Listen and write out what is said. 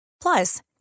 Plus